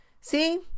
see